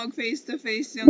face-to-face